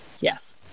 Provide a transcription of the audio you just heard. Yes